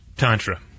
Tantra